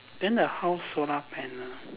then the house solar panel